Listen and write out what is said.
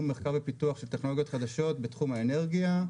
מחקר ופיתוח של טכנולוגיות חדשות בתחום האנרגיה,